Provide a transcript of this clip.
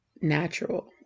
natural